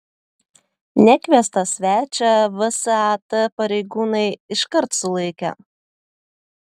nekviestą svečią vsat pareigūnai iškart sulaikė